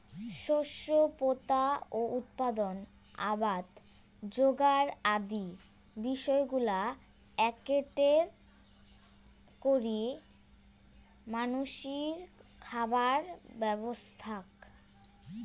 শস্য পোতা ও উৎপাদন, আবাদ যোগার আদি বিষয়গুলা এ্যাকেটে করে মানষির খাবার ব্যবস্থাক